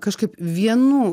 kažkaip vienu